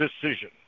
decision